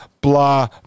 blah